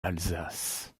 d’alsace